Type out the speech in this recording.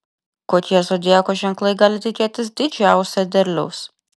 kokie zodiako ženklai gali tikėtis didžiausio derliaus